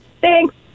Thanks